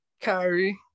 Kyrie